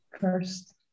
first